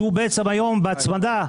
שנמצא היום בהצמדה.